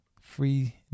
free